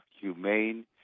humane